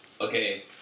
okay